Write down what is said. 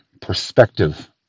perspective